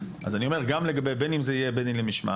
אז אני אומר גם לגבי בין אם זה יהיה בית דין למשמעת,